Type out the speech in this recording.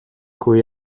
cui